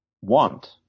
want